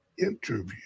interview